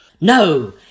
No